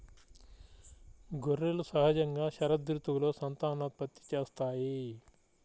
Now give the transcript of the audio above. గొర్రెలు సహజంగా శరదృతువులో సంతానోత్పత్తి చేస్తాయి